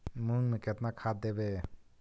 मुंग में केतना खाद देवे?